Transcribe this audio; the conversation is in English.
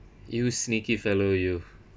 you sneaky fellow you